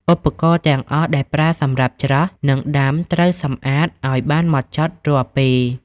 ឧបករណ៍ ទាំងអស់ដែលប្រើសម្រាប់ច្រោះ និងដាំត្រូវសម្អាតឱ្យបានហ្មត់ចត់រាល់ពេល។